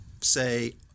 say